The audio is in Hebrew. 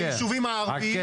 ביישובים הערביים